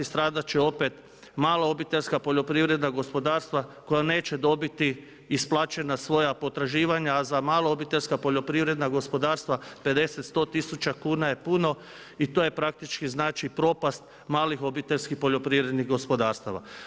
Stradati će opet mala obiteljska poljoprivredna gospodarstva koja neće dobiti isplaćena svoja potraživanja a za mala obiteljska poljoprivredna gospodarstva 50, 100 tisuća kuna je puno i to je praktički znači propast malih obiteljskih poljoprivrednih gospodarstava.